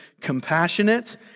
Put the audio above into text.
compassionate